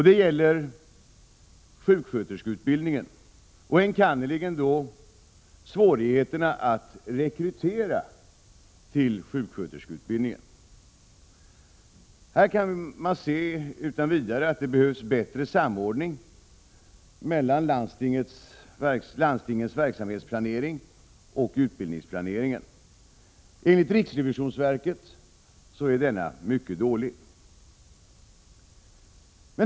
Det gäller sjuksköterskeutbildningen och enkannerligen svårigheterna att rekrytera till denna. Här kan man utan vidare se att det behövs bättre samordning mellan landstingens verksamhetsplanering och utbildningsplanering. Enligt riksrevisionsverket är samordningen mycket dålig.